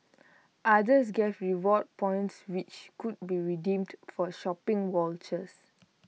others gave rewards points which could be redeemed for shopping vouchers